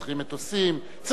צריכים חינוך לילדים,